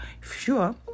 sure